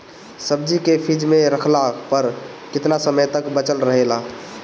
सब्जी के फिज में रखला पर केतना समय तक बचल रहेला?